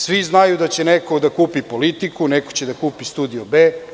Svi znaju da će neko da kupi „Politiku“, neko će da kupi „Studio B“